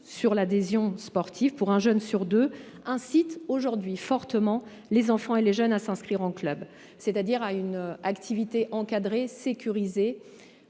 sur l'adhésion sportive pour un jeune sur deux incite fortement les enfants et les jeunes à s'inscrire en club, c'est-à-dire à une activité encadrée et sécurisée,